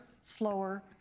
slower